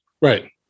Right